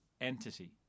entity